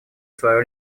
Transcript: свою